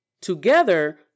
Together